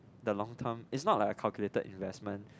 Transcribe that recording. the long term is not like a calculated investment